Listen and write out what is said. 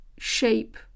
shape